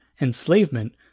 enslavement